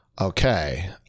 Okay